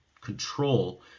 control